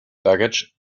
baggage